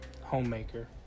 homemaker